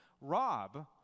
Rob